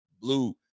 blue